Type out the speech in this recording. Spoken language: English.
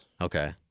Okay